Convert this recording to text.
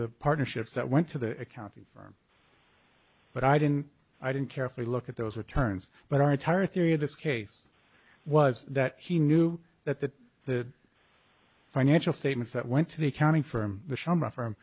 the partnerships that went to the accounting firm but i didn't i didn't care for a look at those returns but our entire theory of this case was that he knew that the financial statements that went to the accounting firm the